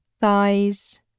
Thighs